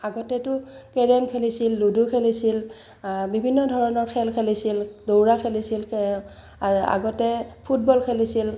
আগতেতো কেৰেম খেলিছিল লুডু খেলিছিল বিভিন্ন ধৰণৰ খেল খেলিছিল দৌৰা খেলিছিল আগতে ফুটবল খেলিছিল